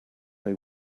they